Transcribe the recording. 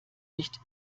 nicht